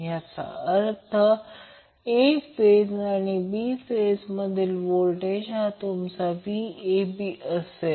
याचाच अर्थ a phase आणि b फेज मधील व्होल्टेज हा तुमचा Vab असेल